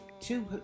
two